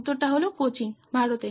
উত্তরটি হল কোচিন ভারত